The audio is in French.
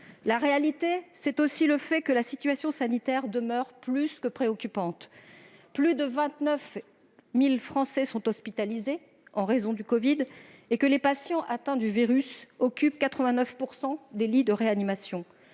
La réalité, c'est aussi que la situation sanitaire demeure plus que préoccupante : plus de 29 000 Français sont hospitalisés en raison du covid et les patients atteints du virus occupent 89 % des lits de réanimation,